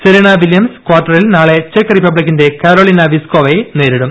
Serena Williams കാർട്ടറിൽ നാളെ ചെക്ക് റിപ്പബ്ലിക്കിന്റെ കരോലിന വിസ്കോവയെ നേരിടും